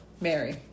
Mary